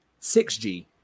6G